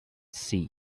sea